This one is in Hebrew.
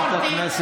לכן חזרנו לפה.